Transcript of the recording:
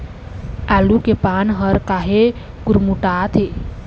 आलू के पान हर काहे गुरमुटाथे?